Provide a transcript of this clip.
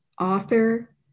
author